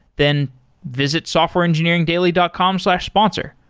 then visit softwareengineeringdaily dot com slash sponsor,